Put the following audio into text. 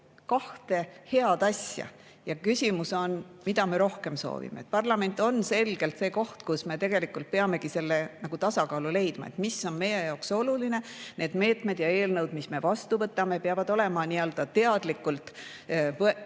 kahte head asja ja küsimus on, mida me rohkem soovime. Parlament on selgelt see koht, kus me tegelikult peamegi selle tasakaalu leidma, mis on meie jaoks oluline. Need meetmed ja eelnõud, mis me vastu võtame – nende puhul peavad olema teadlikult riskid